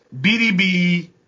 BDB